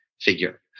figure